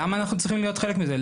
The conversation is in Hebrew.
למה אנחנו צריכים להיות חלק מזה?